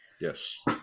Yes